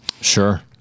Sure